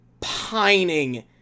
pining